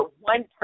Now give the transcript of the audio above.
one